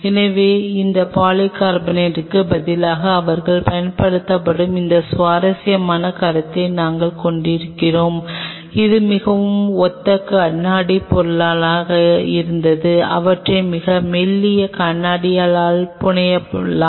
எனவே இந்த பாலிகார்பனேட்டுக்கு பதிலாக அவர்கள் பயன்படுத்தும் இந்த சுவாரஸ்யமான கருத்தை நாங்கள் கொண்டிருந்தோம் இது மிகவும் ஒத்த கண்ணாடிப் பொருளாக இருந்தது அவற்றை மிக மெல்லிய கண்ணாடியால் புனையலாம்